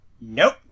nope